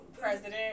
President